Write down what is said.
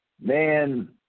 man